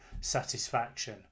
satisfaction